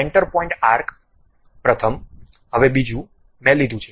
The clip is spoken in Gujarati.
સેન્ટર પોઇન્ટ આર્ક પ્રથમ હવે બીજું મેં લીધું છે